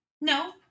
no